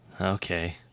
Okay